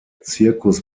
circus